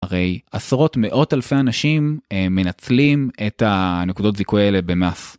הרי עשרות מאות אלפי אנשים מנצלים את הנקודות זיכוי האלה במס.